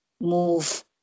move